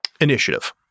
initiative